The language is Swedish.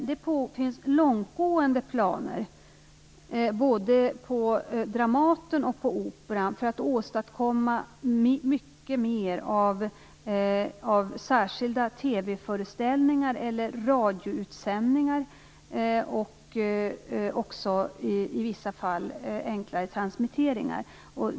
Det finns långtgående planer, både på Dramaten och Operan, för att åstadkomma flera särskilda TV föreställningar och radioutsändningar och i vissa fall enklare transmitteringar.